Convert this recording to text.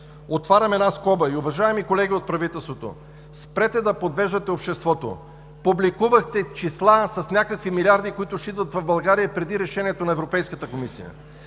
Отварям скоба – уважаеми колеги от правителството, спрете да подвеждате обществото! Публикувахте числа с някакви милиарди, които ще идват в България, преди решението на Европейската комисия.